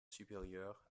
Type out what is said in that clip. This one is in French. supérieur